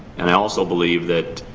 and i also believe that